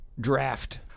draft